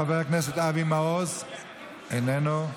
חבר הכנסת אבי מעוז, איננו,